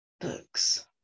Books